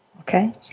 Okay